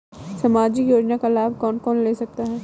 सामाजिक योजना का लाभ कौन कौन ले सकता है?